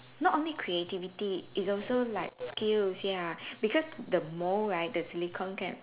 not only creativity it's also like skills ya because the mold right the silicon kind